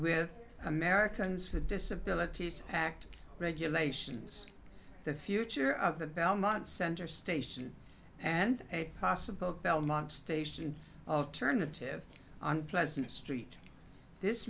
with americans with disabilities act regulations the future of the belmont center station and a possible belmont station of turnitin unpleasant street this